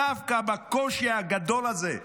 דווקא בקושי הגדול הזה,